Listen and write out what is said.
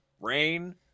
rain